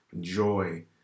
joy